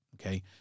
okay